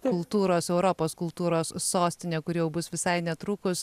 kultūros europos kultūros sostine kuri jau bus visai netrukus